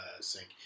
sink